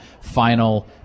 final